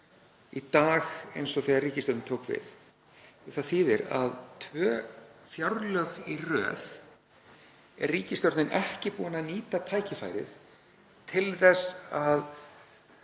í dag eins og þegar ríkisstjórnin tók við? Það þýðir að tvö fjárlög í röð er ríkisstjórnin ekki búin að nýta tækifærið til þess að